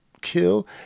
kill